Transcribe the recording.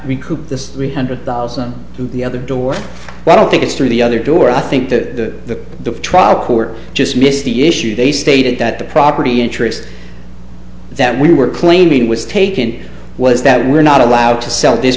recoup the three hundred thousand on the other door but i don't think it's through the other door i think the trial court just missed the issue they stated that the property interest that we were claiming was taken was that we're not allowed to sell this